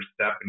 step